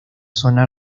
zona